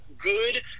good